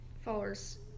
followers